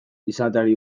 izateari